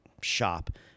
shop